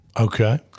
okay